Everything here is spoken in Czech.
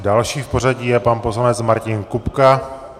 Další v pořadí je pan poslanec Martin Kupka.